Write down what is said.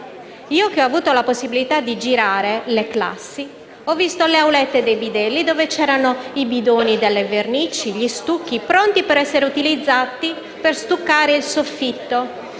Io che ho avuto la possibilità di girare le classi, ho visto le aulette dei bidelli dove c'erano i bidoni delle vernici e gli stucchi pronti per essere utilizzati per stuccare il soffitto,